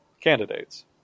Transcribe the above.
candidates